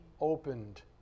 opened